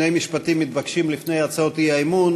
מתבקשים לפני הצעות האי-אמון.